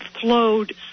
flowed